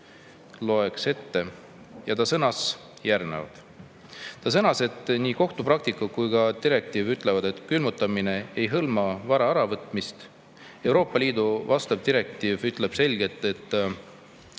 on samuti avaldanud oma arvamuse. Ta sõnas, et nii kohtupraktika kui ka direktiiv ütlevad, et külmutamine ei hõlma vara äravõtmist. Euroopa Liidu vastav direktiiv ütleb selgelt, et